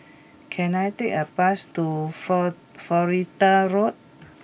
can I take a bus to Florida Road